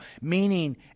meaning